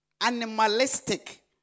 animalistic